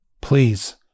Please